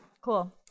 Cool